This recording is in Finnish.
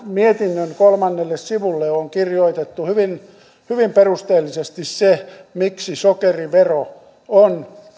mietinnön kolmannelle sivulle on kirjoitettu hyvin hyvin perusteellisesti se miksi sokerivero on